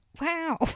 Wow